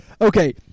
Okay